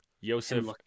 Yosef